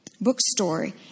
bookstore